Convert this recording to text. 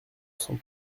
sans